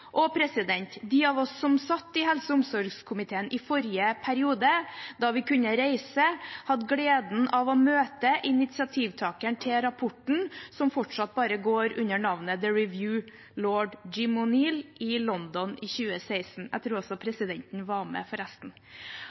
De av oss som satt i helse- og omsorgskomiteen i forrige periode, da vi kunne reise, hadde gleden av å møte initiativtakeren til rapporten, som fortsatt bare går under navnet «The Review», Lord Jim O’Neill, i London i 2016. Jeg tror også presidenten var med.